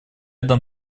дам